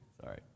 Sorry